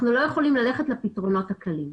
אנחנו לא יכולים ללכת לפתרונות הקלים.